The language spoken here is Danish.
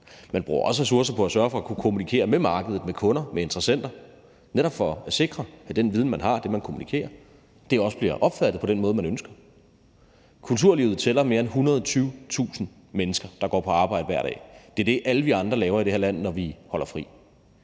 Man bruger også ressourcer på at sørge for at kunne kommunikere med markedet, altså med kunder og interessenter, netop for at sikre, at den viden, man har – det, man kommunikerer – også bliver opfattet på den måde, man ønsker. Kulturlivet tæller mere end 120.000 mennesker, der går på arbejde hver dag. Det er det, alle andre laver i det her land, når de holder fri.